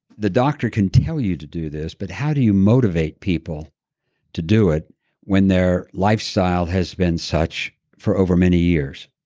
the doctor can tell you to do this but how do you motivate people to do it when their lifestyle has been such for over many years.